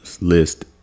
list